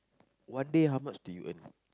one day how much do you earn